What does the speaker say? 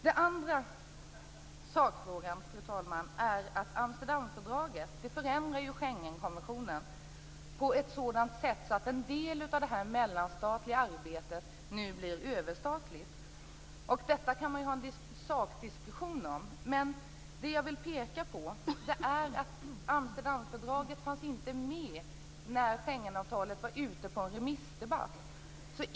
Den andra sakfrågan, fru talman, är att Amsterdamfördraget ju förändrar Schengenkonventionen på ett sådant sätt att en del av det här mellanstatliga arbetet nu blir överstatligt. Detta kan man ju ha en sakdiskussion om. Men det jag vill peka på är att Amsterdamfördraget inte fanns med när Schengenavtalet var ute på remiss.